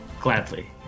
Gladly